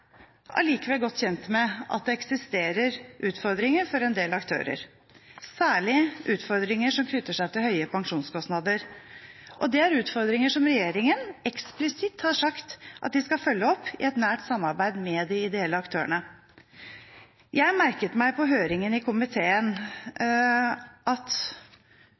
allikevel godt kjent med at det eksisterer utfordringer for en del aktører, særlig utfordringer som knytter seg til høye pensjonskostnader. Det er utfordringer som regjeringen eksplisitt har sagt at den skal følge opp i et nært samarbeid med de ideelle aktørene. Jeg merket meg på høringen i komiteen at